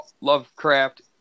Lovecraft